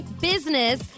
Business